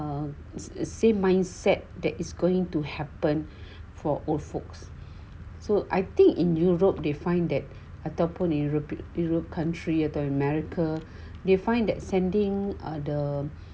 the same mindset that is going to happen for old folks so I think in europe they find that ataupun european europe country atau the america they find that sending the